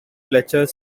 fletcher